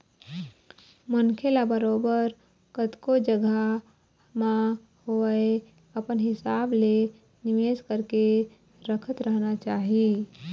मनखे ल बरोबर कतको जघा म होवय अपन हिसाब ले निवेश करके रखत रहना चाही